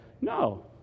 No